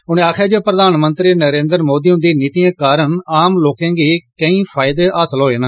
उनें आखेआ जे प्रधानमंत्री नरेन्द्र मोदी हुंदी नीतिएं कारण आम लोकें गी केईं फायदे हासल होए न